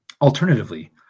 Alternatively